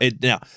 now